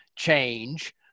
change